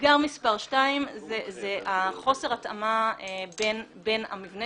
אתגר מס' 2 הוא חוסר ההתאמה בין המבנה